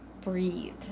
breathe